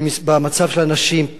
במצב של הנשים,